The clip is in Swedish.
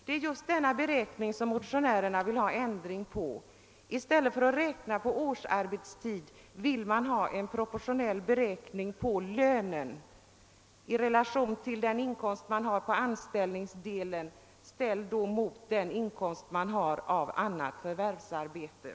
Det är just i fråga om denna beräkning som motionärerna vill ha ändring. I stället för att räkna på årsarbetstid vill man ha en proportionell beräkning på lönen i relation till den inkomst man har på anställningsdelen ställd mot den inkomst man har på annat förvärvsarbete.